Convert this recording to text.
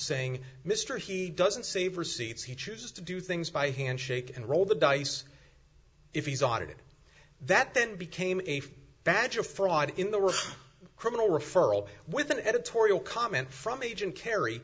saying mr he doesn't save receipts he chooses to do things by hand shake and roll the dice if he's audited that then became if bajor fraud in the real criminal referral with an editorial comment from agent kerry